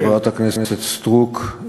חברת הכנסת סטרוק,